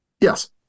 Yes